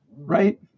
right